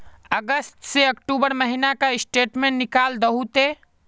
अगस्त से अक्टूबर महीना का स्टेटमेंट निकाल दहु ते?